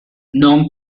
non